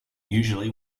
usually